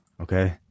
okay